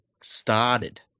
started